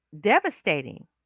devastating